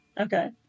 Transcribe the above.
Okay